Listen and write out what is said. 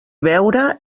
beure